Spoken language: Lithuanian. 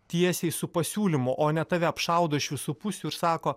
tiesiai su pasiūlymu o ne tave apšaudo iš visų pusių ir sako